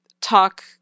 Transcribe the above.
talk